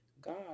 God